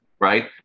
right